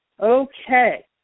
Okay